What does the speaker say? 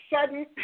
sudden